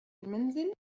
المنزل